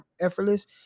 effortless